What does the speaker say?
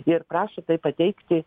ir prašo tai pateikti